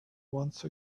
once